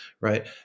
right